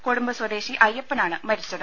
കൊടുമ്പ് സ്വദേശി അയ്യപ്പനാണ് മരിച്ചത്